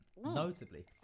notably